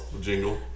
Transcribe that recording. Jingle